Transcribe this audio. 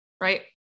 Right